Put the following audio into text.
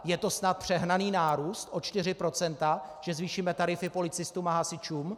Je to snad přehnaný nárůst o 4 %, že zvýšíme tarify policistům a hasičům?